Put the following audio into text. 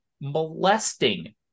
molesting